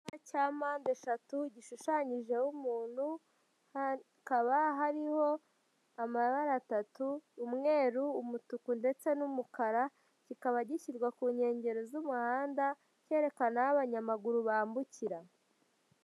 Icyapa cya mpande eshatu gishushanyijeho umuntuntu, hakaba hariho amabara atatu, umweru, umutuku ndetse n'umukara, kikaba gishyirwa ku nkengero z'umuhanda cyerekana aho abanyamaguru bambukira.